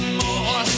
more